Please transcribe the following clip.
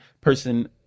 person